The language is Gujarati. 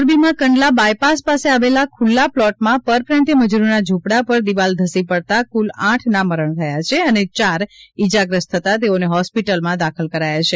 મોરબીમાં કંડલા બાયપાસ પાસે આવેલા ખૂલ્લા પ્લોટમાં પરપ્રાંતિય મજૂરોના ઝ્રંપડા પર દિવાલ ધસી પડતાં કુલ આઠના મરણ થયા છે અને ચાર ઇજાગ્રસ્ત થતાં તેઓને હોસ્પિટસમાં દાખલ કરાયા છે